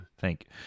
Thank